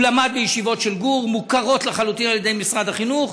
הוא למד בישיבות של גור המוכרות לחלוטין על-ידי משרד החינוך.